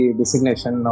designation